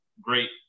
great